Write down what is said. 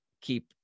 keep